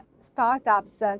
startups